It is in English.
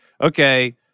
okay